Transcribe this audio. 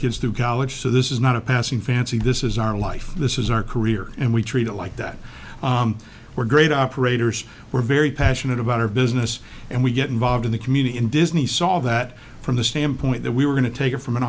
kids through college so this is not a passing fancy this is our life this is our career and we treat it like that we're great operators we're very passionate about our business and we get involved in the community and disney saw that from the standpoint that we were going to take it from an